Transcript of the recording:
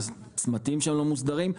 והצמתים שם לא מוסדרים.